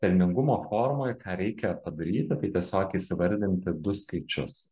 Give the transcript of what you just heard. pelningumo formoj ką reikia padaryti tai tiesiog įsivardinti du skaičius